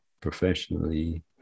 professionally